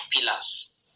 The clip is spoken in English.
pillars